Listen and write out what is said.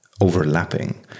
overlapping